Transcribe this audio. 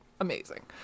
amazing